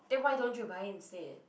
then why don't you buy it instead